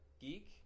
geek